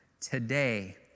today